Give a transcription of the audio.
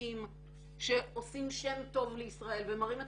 איכותיים שעושים שם טוב לישראל ומראים את